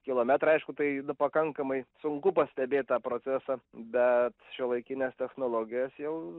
kilometrai aišku tai pakankamai sunku pastebėt tą procesą bet šiuolaikinės technologijos jau